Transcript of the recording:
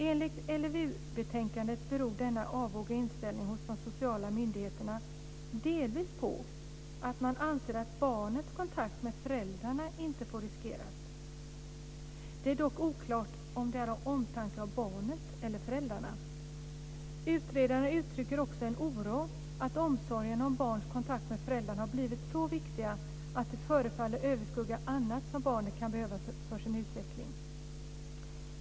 Enligt LVU-betänkandet beror denna avoga inställning hos de sociala myndigheterna delvis på att man anser att barnets kontakt med föräldrarna inte får riskeras. Det är dock oklart om det är av omtanke om barnet eller föräldrarna. Utredaren uttrycker också en oro för att omsorgen om barns kontakt med föräldrarna har blivit så viktig att den förefaller överskugga annat som barnet kan behöva för sin utveckling.